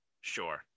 Sure